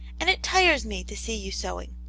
and it tires me to see you sewing.